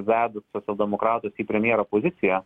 vedus socialdemokratus į premjero poziciją